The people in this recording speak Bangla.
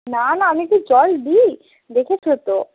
না না আমি কি জল দিই দেখেছো তো